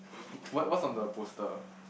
what what's on the poster